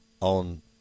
on